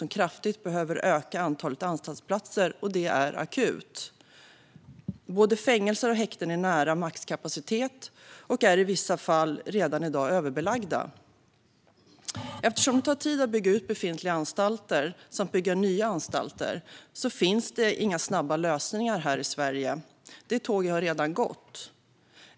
Man behöver kraftigt öka antalet anstaltsplatser, och det är akut. Både fängelser och häkten är nära maxkapacitet och är i vissa fall i dag redan överbelagda. Eftersom det tar tid att bygga ut befintliga anstalter och bygga nya anstalter finns det inga snabba lösningar här i Sverige. Detta tåg har redan gått.